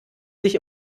sich